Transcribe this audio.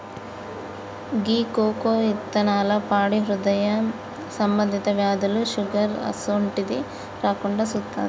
గీ cocoa ఇత్తనాల పొడి హృదయ సంబంధి వ్యాధులు, షుగర్ అసోంటిది రాకుండా సుత్తాది